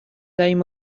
دهیم